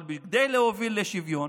אבל כדי להוביל לשוויון,